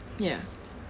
ya